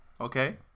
Okay